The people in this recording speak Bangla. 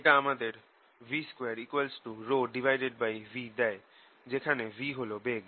এটা আমাদের v2B দেয় যেখানে v হল বেগ